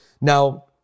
Now